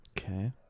Okay